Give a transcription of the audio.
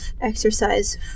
exercise